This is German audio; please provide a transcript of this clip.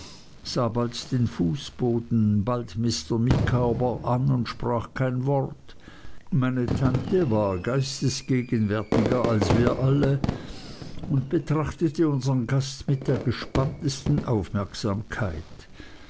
den fußboden bald mr micawber an und sprach kein wort meine tante war geistesgegenwärtiger als wir alle und betrachtete unsern gast mit der gespanntesten aufmerksamkeit